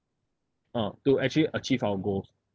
uh to actually achieve our goal